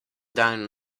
down